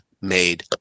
made